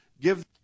give